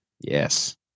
Yes